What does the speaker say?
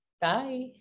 bye